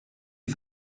les